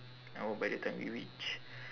I hope by the time we reach